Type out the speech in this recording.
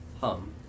hum